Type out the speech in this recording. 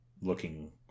looking